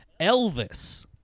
Elvis